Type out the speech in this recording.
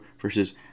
versus